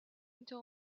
until